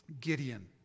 Gideon